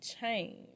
change